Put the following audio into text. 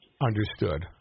Understood